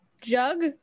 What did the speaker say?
jug